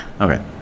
okay